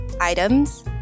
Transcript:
items